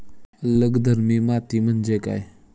अल्कधर्मी माती म्हणजे काय?